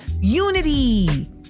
unity